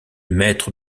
maître